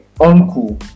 uncle